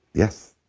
yes.